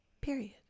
Period